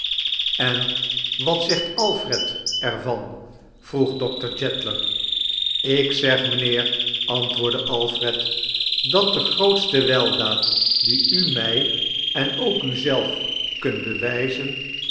en wat zegt alfred er van vroeg doctor jeddler ik zeg mijnheei antwoordde alfred dat d grootete weldaad die u mij en ook u zelf kunit bewijzen